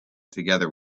together